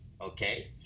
Okay